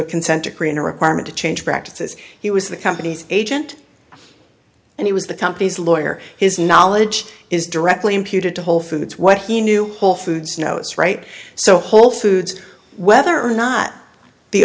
a consent decree and a requirement to change practices he was the company's agent and he was the company's lawyer his knowledge is directly imputed to whole foods what he knew whole foods knows right so whole foods whether or not